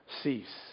cease